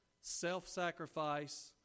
self-sacrifice